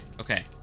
okay